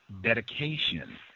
dedication